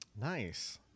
Nice